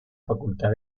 facultad